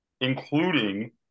including